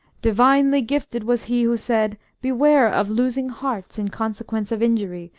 divinely gifted was he who said beware of losing hearts in consequence of injury,